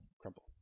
crumble